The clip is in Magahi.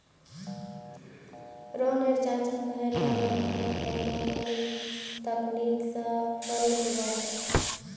रोहनेर चाचा शहर वाला घरत एयरोपोनिक्स तकनीक स फल उगा छेक